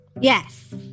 Yes